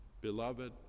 Beloved